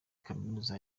kaminuza